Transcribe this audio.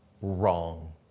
wrong